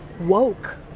woke